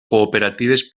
cooperatives